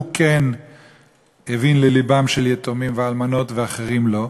כן הבין ללבם של יתומים ואלמנות ואחרים לא,